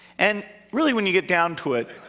and really when you get down to it,